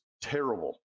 terrible